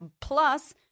Plus